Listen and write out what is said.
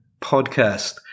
podcast